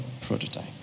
prototype